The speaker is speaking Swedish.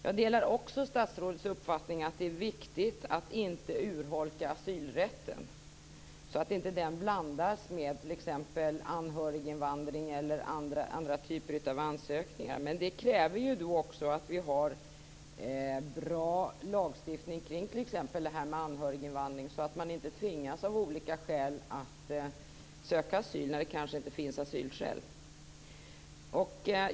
Jag delar också statsrådets uppfattning att det är viktigt att inte urholka asylrätten, så att den inte blandas med t.ex. anhöriginvandring eller andra typer av ansökningar. Men det kräver ju också att vi har bra lagstiftning kring t.ex. anhöriginvandring, så att man inte tvingas av olika skäl att söka asyl när det kanske inte finns asylskäl.